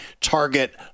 target